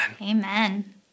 Amen